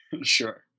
Sure